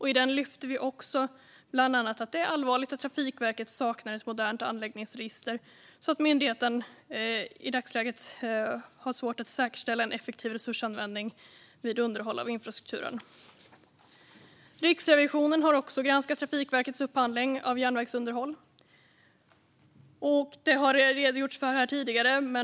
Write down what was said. I den lyfte vi också bland annat fram att det är allvarligt att Trafikverket saknar ett modernt anläggningsregister, vilket gör att myndigheten i dagsläget har svårt att säkerställa en effektiv resursanvändning vid underhåll av infrastrukturen. Riksrevisionen har också granskat Trafikverkets upphandling av järnvägsunderhåll. Detta har det redogjorts för här tidigare.